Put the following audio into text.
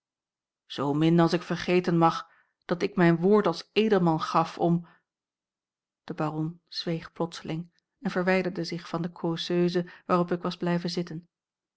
zoomin als ik vergeten mag dat ik mijn woord als edelman gaf om de baron zweeg plotseling en verwijderde zich van de causeuse waarop ik was blijven zitten